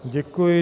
Děkuji.